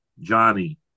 Johnny